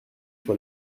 sur